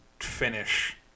finish